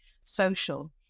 social